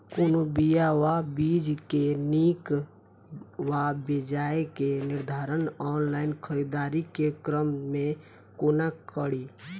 कोनों बीया वा बीज केँ नीक वा बेजाय केँ निर्धारण ऑनलाइन खरीददारी केँ क्रम मे कोना कड़ी?